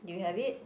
you have it